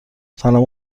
سلام